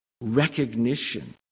recognition